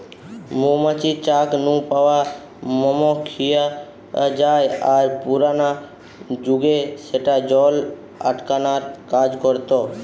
মৌ মাছির চাক নু পাওয়া মম খিয়া জায় আর পুরানা জুগে স্যাটা জল আটকানার কাজ করতা